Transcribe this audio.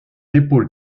épaule